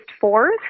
fourth